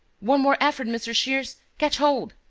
one more effort, mr. shears. catch hold.